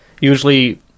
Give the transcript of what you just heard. usually